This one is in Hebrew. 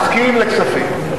תסכים לכספים.